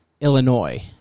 Illinois